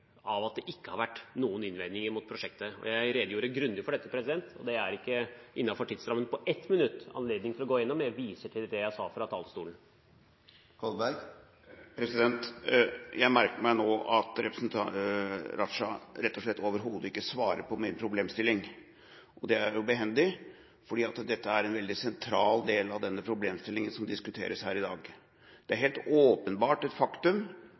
av at det ikke har vært noen innvendinger mot prosjektet. Jeg redegjorde grundig for dette. Dette er det ikke anledning til å gå gjennom innenfor tidsrammen på 1 minutt. Jeg viser til det jeg sa fra talerstolen. Jeg merker meg nå at representanten Raja overhodet ikke svarer på min problemstilling. Det er jo behendig, for dette er en veldig sentral del av problemstillingen som diskuteres her i dag. Det er helt åpenbart et faktum